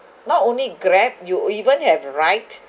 not only grab you even have ryde